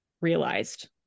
realized